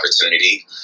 opportunity